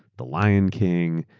the lion king,